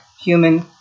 Human